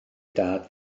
dad